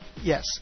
Yes